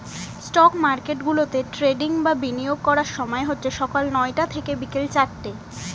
stock মার্কেটগুলোতে trading বা বিনিয়োগ করার সময় হচ্ছে সকাল নয়টা থেকে বিকেল চারটে